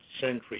century